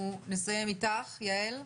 אנחנו נסיים איתך, יעל.